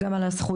גם על הזכויות,